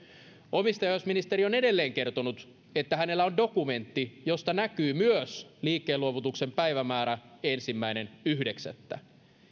omistajaohjausministeri on edelleen kertonut että hänellä on dokumentti josta näkyy myös liikkeenluovutuksen päivämäärä ensimmäinen yhdeksättä